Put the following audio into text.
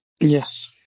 Yes